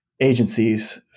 agencies